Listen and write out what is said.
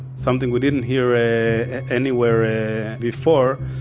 something we didn't hear ah anywhere before,